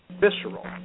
visceral